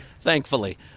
thankfully